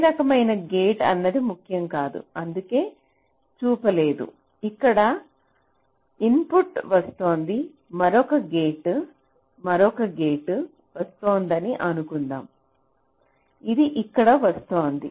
ఏ రకమైన గేట్ అన్నది ముఖ్యం కాదు అందుకే చూపలేదు ఇది ఇక్కడ ఇన్పుట్కు వస్తోంది మరొక గేట్ మరొక గేటుకు వస్తోందని అనుకుందాం ఇది ఇక్కడ వస్తోంది